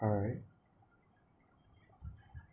alright